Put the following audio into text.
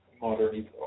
modern